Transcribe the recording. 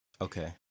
Okay